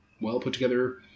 well-put-together